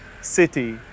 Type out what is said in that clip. city